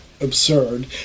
absurd